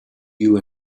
you